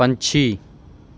ਪੰਛੀ